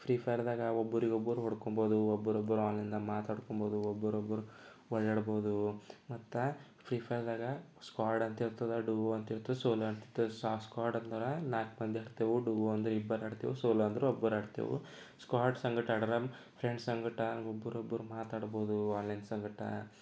free ಫೈರ್ದಾಗೆ ಒಬ್ಬರಿಗೊಬ್ಬರು ಹೊಡ್ಕೋಬೋದು ಒಬ್ಬರೊಬ್ಬರು ಆನ್ಲೈನ್ನಾಗೆ ಮಾತಾಡ್ಕೋಬೋದು ಒಬ್ಬರೊಬ್ಬರು ಓಡಾಡ್ಬಹುದು ಮತ್ತ ಫ್ರೀ ಫೈರ್ದಾಗೆ ಸ್ಕ್ವಾರ್ಡ್ ಅಂತ ಇರ್ತದೆ ಡುವೊ ಅಂತ ಇರ್ತದೆ ಸೋಲೊ ಅಂತ ಇರ್ತದೆ ಸಾಫ್ ಸ್ಕ್ವಾಡ್ ಅಂದರೆ ನಾಲ್ಕು ಮಂದಿ ಆಡ್ತೇವೆ ಡುವೊ ಅಂದರೆ ಇಬ್ಬರು ಆಡ್ತೇವೆ ಸೋಲೊ ಅಂದರೆ ಒಬ್ಬರು ಆಡ್ತೇವೆ ಸ್ಕ್ವಾಡ್ಸ್ ಸಂಗಡ ಆಡ್ರ ಫ್ರೆಂಡ್ಸ್ ಸಂಗಡ ಒಬ್ಬರೊಬ್ಬರು ಮಾತಾಡ್ಬೋದು ಆನ್ಲೈನ್ ಸಂಗಡ